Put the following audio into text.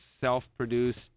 self-produced